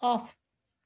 off